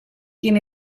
quien